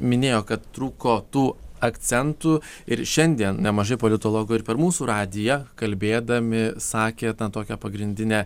minėjo kad trūko tų akcentų ir šiandien nemažai politologų ir per mūsų radiją kalbėdami sakė tokią pagrindinę